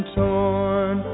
torn